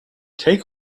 take